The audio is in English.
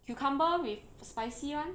cucumber with spicy [one]